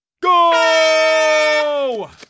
go